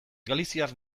galiziar